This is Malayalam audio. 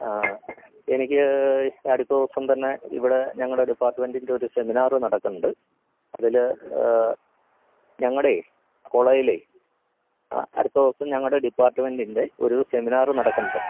ആ എനിക്ക് അടുത്ത ദിവസം തന്നെ ഇവിടെ ഞങ്ങളുടെ ഡിപ്പാർട്മെൻ്റിൻ്റെ ഒരു സെമിനാര് നടക്കുന്നുണ്ട് അതില് ഞങ്ങളുടെ കോളേജിലെ അടുത്ത ദിവസം ഞങ്ങളുടെ ഡിപ്പാർട്മെൻ്റിൻ്റെ ഒരു സെമിനാര് നടക്കുന്നുണ്ട്